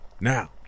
Now